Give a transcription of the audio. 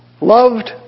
loved